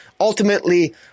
Ultimately